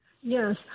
Yes